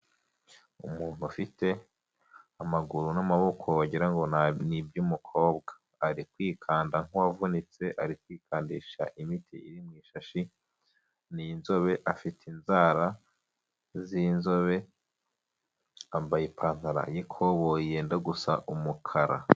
Umuntu ufite amaguru n'amaboko wagirango ngo ni iby'umukobwa, ari kwikanda nk'uwavunitse ari kwikandisha imiti iri mu ishashi, n'inzobe afite inzara z'inzobe yambaye ipantaro y'ikoboyi yenda gusa umukara.